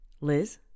Liz